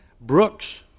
Brooks